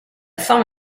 forme